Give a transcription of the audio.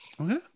Okay